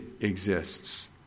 exists